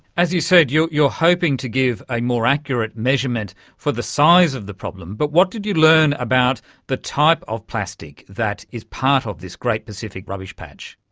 as you said, you you are hoping to give a more accurate measurement for the size of the problem, but what did you learn about the type of plastic that is part of this great pacific rubbish patch?